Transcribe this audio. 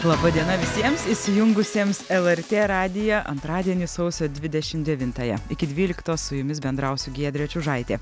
laba diena visiems įsijungusiems lrt radiją antradienį sausio dvidešimt devintąją iki dvyliktos su jumis bendraus giedrė čiužaitė